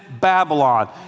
Babylon